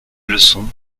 leçon